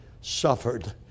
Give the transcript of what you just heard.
suffered